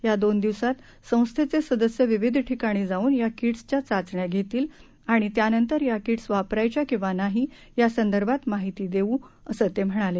या दोन दिवसात संस्थेचे सदस्य विविध ठिकाणी जाऊन या किट्सच्या चाचण्या घेतील आणि त्यानंतर या किट्स वापरायच्या किंवा नाही यासंदर्भात माहिती देऊन असे ते म्हणाले